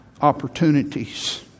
opportunities